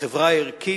לחברה ערכית,